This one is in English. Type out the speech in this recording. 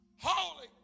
Holy